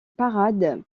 parade